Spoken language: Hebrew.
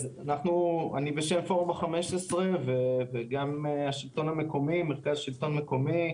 בשם פורום ה-15 וגם מרכז שלטון מקומי,